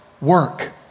work